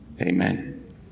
Amen